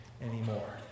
anymore